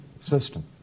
system